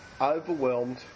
Overwhelmed